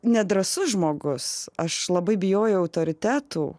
nedrąsus žmogus aš labai bijojau autoritetų